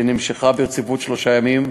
שנמשכה ברציפות שלושה ימים,